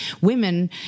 women